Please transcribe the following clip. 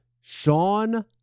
Sean